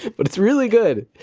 but it's really good.